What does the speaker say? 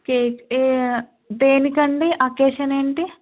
cake ఏ దేనికి అండి అకేషన్ ఏంటి